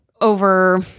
over